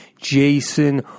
Jason